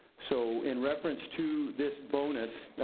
so in reference to this bonus,